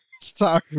Sorry